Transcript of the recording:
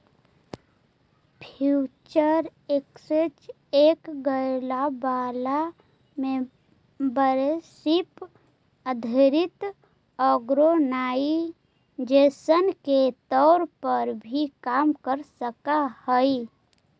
future exchange एक गैर लाभ वाला मेंबरशिप आधारित ऑर्गेनाइजेशन के तौर पर भी काम कर सकऽ हइ